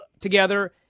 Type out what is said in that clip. together